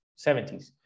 70s